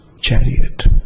chariot